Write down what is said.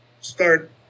start